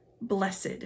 blessed